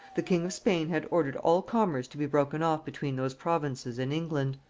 the king of spain had ordered all commerce to be broken off between those provinces and england.